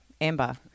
Amber